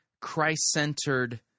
Christ-centered